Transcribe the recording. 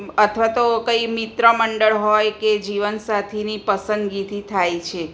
અથવા તો કંઈ મિત્ર મંડળ હોય કે જીવનસાથીની પસંદગીથી થાય છે